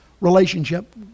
relationship